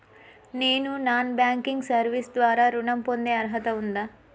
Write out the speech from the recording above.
నేను non banking service ద్వారా ఋణం పొందే అర్హత ఉందా?